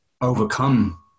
overcome